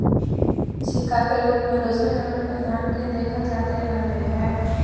सिक्का के रूप मे दूसरे नम्बर पर धन के देखल जाते रहलय हें